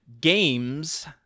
Games